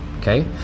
Okay